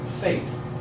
faith